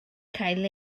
cael